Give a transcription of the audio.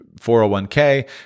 401k